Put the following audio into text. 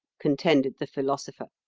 contended the philosopher.